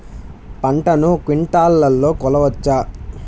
పంటను క్వింటాల్లలో కొలవచ్చా?